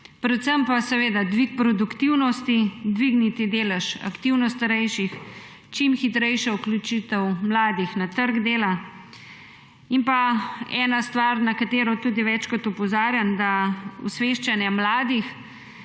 predvsem pa seveda dvig produktivnosti, dvigniti delež aktivnih starejših, čim hitrejša vključitev mladih na trg dela. In pa ena stvar, na katero tudi večkrat opozarjam − osveščanje mladih,